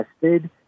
tested